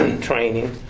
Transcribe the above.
training